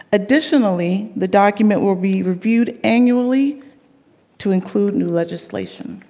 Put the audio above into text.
additionally, the document will be reviewed annually to include new legislation.